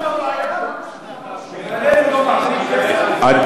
אתה אומר שאנחנו הבעיה?